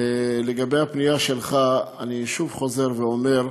לגבי הפנייה שלך, אני, שוב, חוזר ואומר: